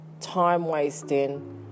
time-wasting